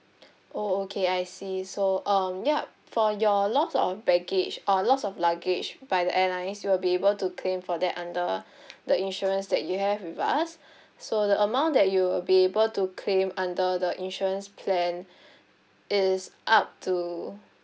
oh okay I see so um yup for your lost of baggage or lost of luggage by the airlines you'll be able to claim for that under the insurance that you have with us so the amount that you'll be able to claim under the insurance plan is up to